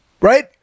Right